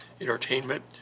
entertainment